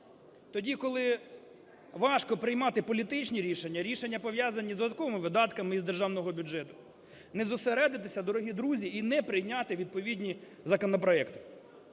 тоді, коли важко приймати політичні рішення, рішення, пов'язанні з додатковими видатками із державного бюджету, не зосередитися, дорогі друзі, і не прийняти відповідні законопроекти,